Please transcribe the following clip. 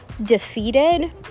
defeated